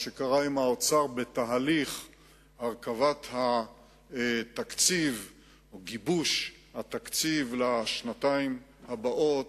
מה שקרה עם האוצר בתהליך הרכבת התקציב או גיבוש התקציב לשנתיים הבאות,